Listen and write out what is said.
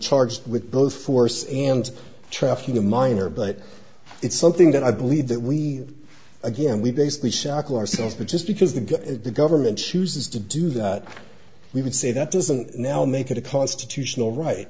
charged with both force and trafficking a minor but it's something that i believe that we again we basically sakho ourselves but just because the government chooses to do that we would say that doesn't now make it a constitutional right